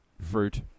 fruit